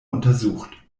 untersucht